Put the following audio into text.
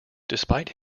despite